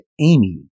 Amy